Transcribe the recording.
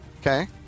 Okay